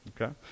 Okay